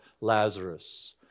Lazarus